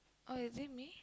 oh is it me